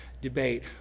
debate